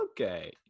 okay